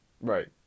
Right